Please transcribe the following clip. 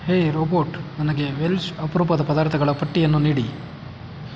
ಹೇ robot ನನಗೆ Welsh ಅಪರೂಪದ ಪದಾರ್ಥಗಳ ಪಟ್ಟಿಯನ್ನು ನೀಡಿ